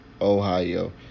Ohio